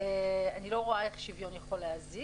אני לא רואה איך השוויון יכול להזיק.